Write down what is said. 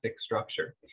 structure